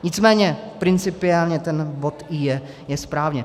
Nicméně principiálně ten bod i) je správně.